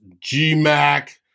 G-Mac